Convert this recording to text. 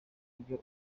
ibyo